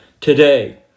today